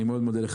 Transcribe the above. אני מודה לך,